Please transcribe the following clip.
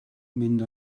mynd